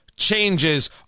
changes